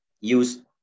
use